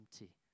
empty